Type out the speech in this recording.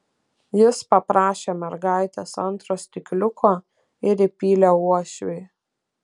jis paprašė mergaitės antro stikliuko ir įpylė uošviui